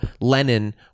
Lenin